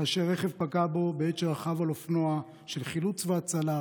כאשר רכב פגע בו בעת שרכב על אופנוע של חילוץ והצלה,